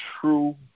true